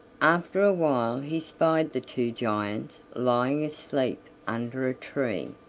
after a while he spied the two giants lying asleep under a tree,